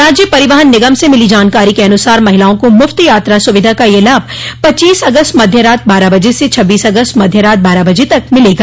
राज्य परिवहन निगम से मिली जानकारी के अनुसार महिलाओं को मुफ्त यात्रा सुविधा का यह लाभ पच्चीस अगस्त मध्य रात बारह बजे से छब्बीस अगस्त मध्य रात बारह बजे तक मिलेगा